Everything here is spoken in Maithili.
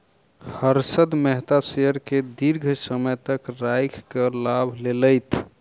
हर्षद मेहता शेयर के दीर्घ समय तक राइख के लाभ लेलैथ